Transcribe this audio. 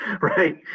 Right